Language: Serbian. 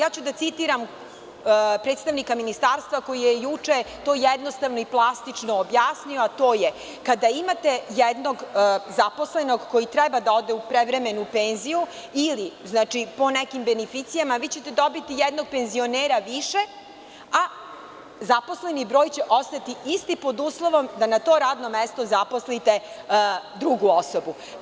Ja ću da citiram predstavnika Ministarstva koji je juče to jednostavno i plastično objasnio, a to je – kada imate jednog zaposlenog koji treba da ode u prevremenu penziju ili, znači, po nekim beneficijama, vi ćete dobiti jednog penzionera više a zaposleni broj će ostati isti, pod uslovom da na to radno mesto zaposlite drugu osobu.